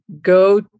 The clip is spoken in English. go